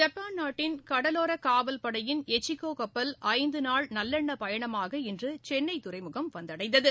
Japan நாட்டின் கடவோர காவல்படையின் எச்சிகோ கப்பல் ஐந்து நாள் நல்லெண்ண பயணமாக இன்று சென்னை துறைமுகம் வந்தடைந்தது